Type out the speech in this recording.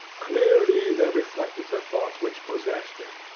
clearly they reflected the thoughts which possessed him,